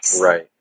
Right